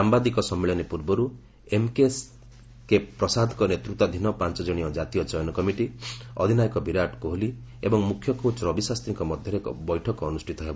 ସାମ୍ବାଦିକ ସମ୍ମିଳନୀ ପୂର୍ବରୁ ଏମ୍ଏସ୍କେ ପ୍ରସାଦଙ୍କ ନେତୃତ୍ୱାଧୀନ ପାଞ୍ଚଜଣିଆ ଜାତୀୟ ଚୟନ କମିଟି ଅଧିନାୟକ ବିରାଟ କୋହଲି ଏବଂ ମ୍ରଖ୍ୟ କୋଚ୍ ରବି ଶାସ୍ତ୍ରୀଙ୍କ ମଧ୍ୟରେ ଏକ ବୈଠକ ଅନୁଷ୍ଠିତ ହେବ